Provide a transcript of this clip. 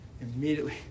immediately